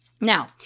Now